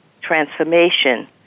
transformation